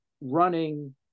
running